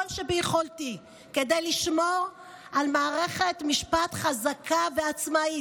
שביכולתי כדי לשמור על מערכת משפט חזקה ועצמאית.